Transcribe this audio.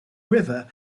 river